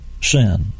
sin